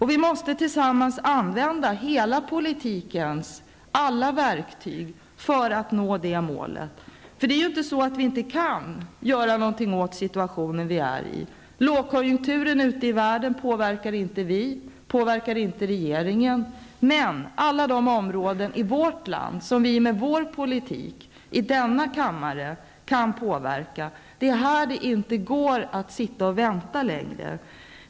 Vi måste tillsammans använda politikens alla verktyg för att nå det målet. Det är ju inte så att vi inte kan göra någonting åt den situation som vi befinner oss i. Den lågkonjunktur som råder ute i världen kan inte vi eller regeringen påverka, men det finns en mängd områden i vårt land som vi med vår politik, genom beslut här i kammaren, kan påverka. Det går inte längre att sitta och vänta.